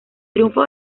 triunfo